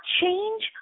change